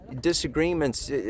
disagreements